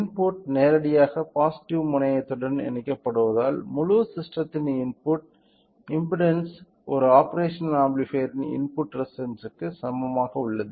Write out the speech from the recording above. input நேரடியாக positive முனையத்துடன் இணைக்கப்படுவதால் முழு ஸிஸ்டத்தின் இன்புட் இம்பெடன்ஸ் ஒரு ஆப்பேரஷனல் ஆம்பிளிபையர்யின் இன்புட் ரெசிஸ்டன்ஸ்க்கு சமமாக உள்ளது